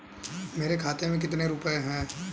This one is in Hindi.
मेरे खाते में कितने रुपये हैं?